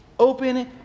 Open